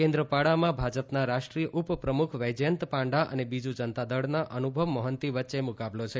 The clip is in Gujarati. કેન્દ્ર પાડામાં ભાજપના રાષ્ટ્રીય ઉપપ્રમુખ બૈજયન્ત પાંડા અને બીજુ જનતા દળના અનુભવ મોફન્તી વચ્ચે મુકાબલો છે